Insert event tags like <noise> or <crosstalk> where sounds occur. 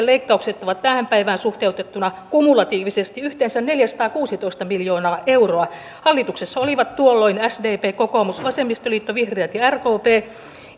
<unintelligible> leikkaukset olivat tähän päivään suhteutettuina kumulatiivisesti yhteensä neljäsataakuusitoista miljoonaa euroa hallituksessa olivat tuolloin sdp kokoomus vasemmistoliitto vihreät ja rkp